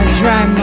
dry